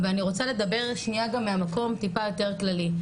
אבל אני רוצה לדבר שנייה גם ממקום טיפה יותר כללי.